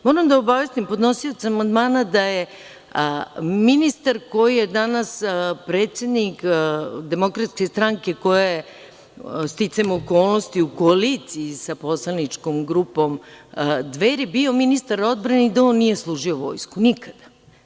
Moram da obavestim podnosioca amandmana da je ministar, koji je danas predsednik Demokratske stranke koja je, sticajem okolnosti u koaliciji sa poslaničkom grupom Dveri, bio ministar odbrane i da on nije služio vojsku, nikada.